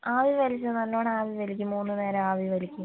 ആവി വലിച്ചോ നല്ലവണ്ണം ആവി വലിക്ക് മൂന്നു നേരം ആവി വലിക്ക്